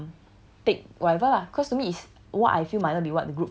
I just um take whatever lah cause to me is